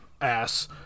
ass